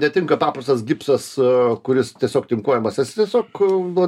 netinka paprastas gipsas kuris tiesiog tinkuojamas nes jis tiesiog vat